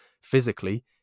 physically